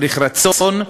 צריך רצון,